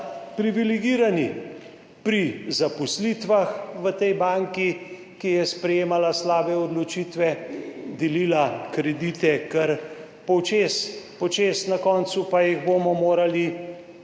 privilegirani pri zaposlitvah v tej banki, ki je sprejemala slabe odločitve, delila kredite kar počez, na koncu pa jih bomo morali